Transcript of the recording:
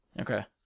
Okay